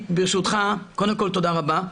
קודם כל תודה רבה,